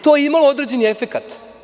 To je imalo određeni efekat.